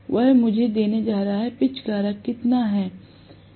वह मुझे देने जा रहा है कि पिच कारक कितना है